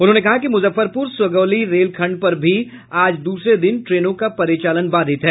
उन्होंने कहा कि मुजफ्फरपुर सगौली रेल खंड पर भी आज दूसरे दिन ट्रेनों का परिचालन बाधित है